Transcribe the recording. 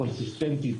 קונסיסטנטית,